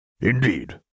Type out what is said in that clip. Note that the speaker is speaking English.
Indeed